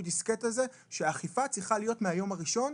הדיסקט הזה שהאכיפה צריכה להיות מהיום הראשון.